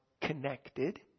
connected